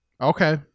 Okay